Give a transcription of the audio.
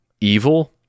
evil